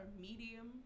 medium